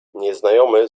nieznajomy